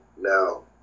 now